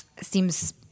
seems